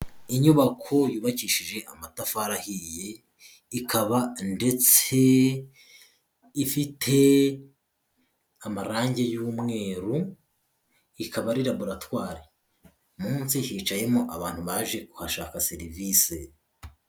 Inyubako yubakishije amatafari ahiye, ikaba ndetse ifite amarangi y'umweru, ikaba ari laboratwari. Munsi hicayemo abantu baje kuhashaka serivisi.